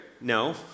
No